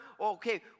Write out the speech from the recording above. okay